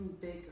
bigger